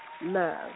love